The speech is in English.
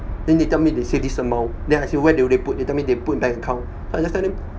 then they tell me they save this amount then I ask you where do they put they tell me they put in bank account so I just tell them